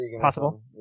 possible